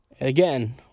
again